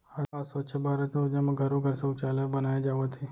आज स्वच्छ भारत योजना म घरो घर सउचालय बनाए जावत हे